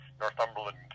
Northumberland